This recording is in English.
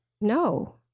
no